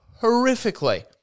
horrifically